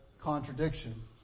contradiction